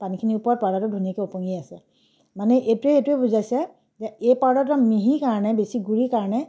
পানীখিনিৰ ওপৰত পাউডাৰটো ধুনীয়াকৈ ওপঙিয়ে আছে মানে এইটো এইটোৱে বুজাইছে যে এই পাউডাৰটো মিহি কাৰণে বেছি গুড়ি কাৰণে